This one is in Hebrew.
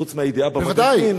חוץ מהידיעה במגזין.